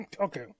Okay